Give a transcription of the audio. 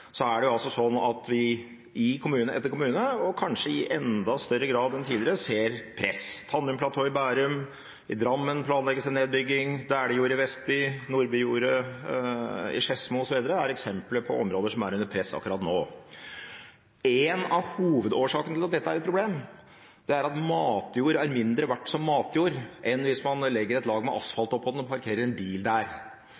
er det altså sånn at vi i kommune etter kommune – og kanskje i enda større grad enn tidligere – ser press. Tanumplatået i Bærum, i Drammen planlegges det nedbygging, Dæhlijordet i Vestby, Nordbyjordet i Skedsmo osv. er eksempler på områder som er under press akkurat nå. En av hovedårsakene til at dette er et problem, er at matjord er mindre verdt som matjord enn hvis man legger et lag med asfalt oppå den og parkerer en bil der.